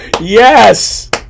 Yes